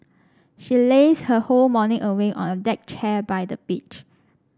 she lazed her whole morning away on a deck chair by the beach